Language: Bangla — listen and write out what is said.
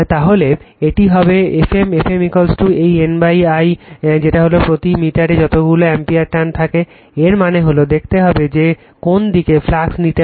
তাহলে এটি হবে আমার Fm Fm এই N I l যেটা হল প্রতি মিটারে যতগুলো অ্যাম্পিয়ার টার্ন থাকে এর মানে হল দেখতে হবে যে কোন দিকে ফ্লাক্স নিতে হবে